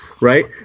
right